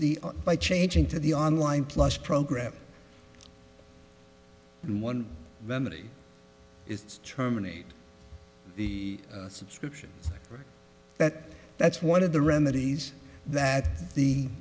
the by changing to the online plus program in one remedy is terminate the subscription that that's one of the remedies that the